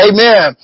Amen